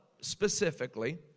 specifically